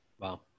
Wow